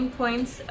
points